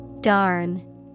Darn